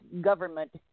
government